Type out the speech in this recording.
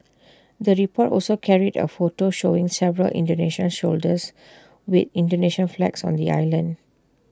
the report also carried A photo showing several Indonesian soldiers with Indonesian flags on the island